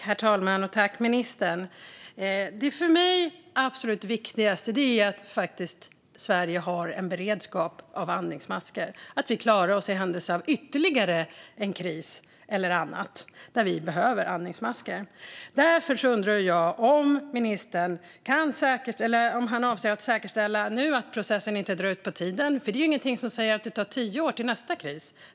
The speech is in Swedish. Herr talman! Det för mig absolut viktigaste är att Sverige har beredskap gällande andningsmasker så att vi klarar oss i händelse av ytterligare en kris eller annan situation där vi behöver andningsmasker. Därför undrar jag om ministern avser att säkerställa att den här processen inte drar ut på tiden. Det är ju inget som säger att det dröjer tio år till nästa kris.